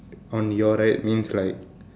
on your right means like